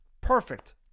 Perfect